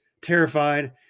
terrified